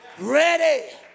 Ready